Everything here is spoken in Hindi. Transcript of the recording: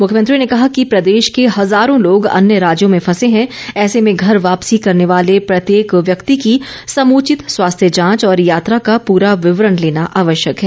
मुख्यमंत्री ने कहा कि प्रदेश के हजारों लोग अन्य राज्यों में फंसे हैं ऐसे में घर वापसी करने वाले प्रत्येक व्यक्ति की समुचित स्वास्थ्य जांच और यात्रा का पूरा विवरण लेना आवश्यक है